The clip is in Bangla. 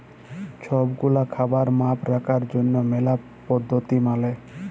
সব গুলা খাবারের মাপ রাখার জনহ ম্যালা পদ্ধতি মালে